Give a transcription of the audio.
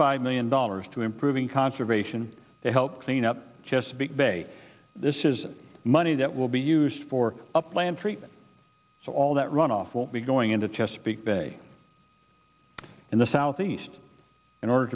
five million dollars to improving conservation to help clean up chesapeake bay this is money that will be used for the plant treatment so all that runoff will be going into chesapeake bay in the southeast in order